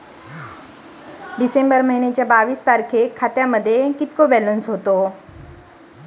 डिसेंबर महिन्याच्या बावीस तारखेला खात्यामध्ये किती बॅलन्स होता?